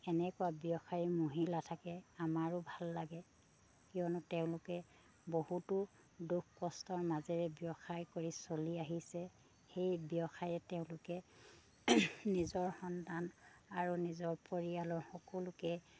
এনেকুৱা ব্যৱসায়ী মহিলা থাকে আমাৰো ভাল লাগে কিয়নো তেওঁলোকে বহুতো দুখ কষ্টৰ মাজেৰে ব্যৱসায় কৰি চলি আহিছে সেই ব্যৱসায়ে তেওঁলোকে নিজৰ সন্তান আৰু নিজৰ পৰিয়ালৰ সকলোকে